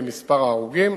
במספר ההרוגים,